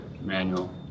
Manual